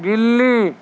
بلی